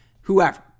whoever